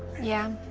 yeah,